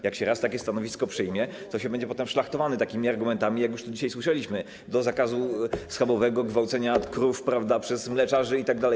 Jak się raz takie stanowisko przyjmie, to się będzie potem szlachtowanym takimi argumentami, jak już tu dzisiaj słyszeliśmy - do zakazu schabowego, gwałcenia krów, prawda, przez mleczarzy itd.